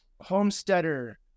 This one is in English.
homesteader